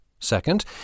Second